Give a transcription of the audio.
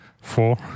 four